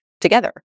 together